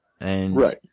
Right